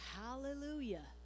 hallelujah